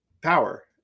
power